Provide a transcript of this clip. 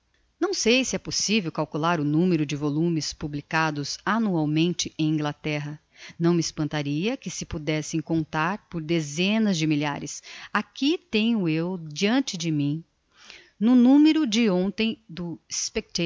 não sei se é possivel calcular o numero de volumes publicados annualmente em inglaterra não me espantaria que se pudessem contar por dezenas de milhares aqui tenho eu deante de mim no numero de ontem